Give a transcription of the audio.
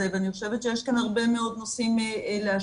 ואני חושבת שיש כאן הרבה מאוד נושאים להשלים.